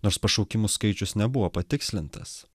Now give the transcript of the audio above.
nors pašaukimų skaičius nebuvo patikslintas